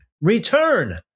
Return